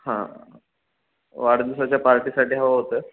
हां वाढदिवसाच्या पार्टीसाठी हवं होतं